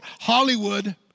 Hollywood